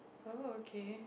oh okay